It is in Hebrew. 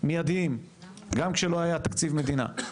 מיידיים גם כשלא היה תקציב מדינה.